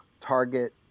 Target